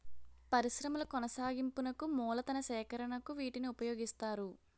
పరిశ్రమల కొనసాగింపునకు మూలతన సేకరణకు వీటిని ఉపయోగిస్తారు